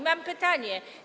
Mam pytanie.